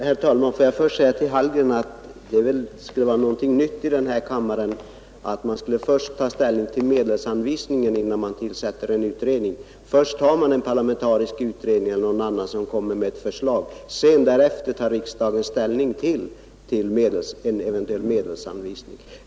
Herr talman! Får jag först säga till herr Hallgren att det skulle vara någonting nytt i den här kammaren, om man skulle ta ställning till medelsanvisningen innan man tillsatte en utredning. Först gör man ju en parlamentarisk utredning — eller någon annan utredning — som kommer med förslag, och därefter tar riksdagen ställning till eventuell medelsanvisning.